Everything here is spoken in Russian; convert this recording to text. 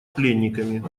пленниками